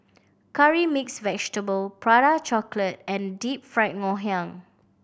curry mix vegetable Prata Chocolate and Deep Fried Ngoh Hiang